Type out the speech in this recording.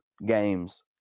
games